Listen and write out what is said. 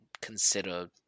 consider